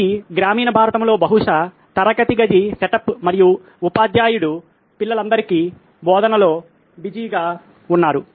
ఇది గ్రామీణ భారతదేశంలో బహుశా తరగతి గది సెటప్ మరియు ఉపాధ్యాయుడు పిల్లలందరికీ బోధనలో బిజీగా ఉన్నారు